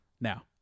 Now